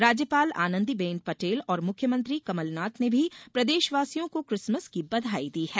राज्यपाल आनंदी बेन पटेल और मुख्यमंत्री कमलनाथ ने भी प्रदेशवासियों को किसमस की बधाई दी है